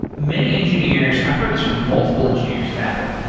many engineers i've heard this from multiple engineers at apple.